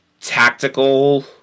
Tactical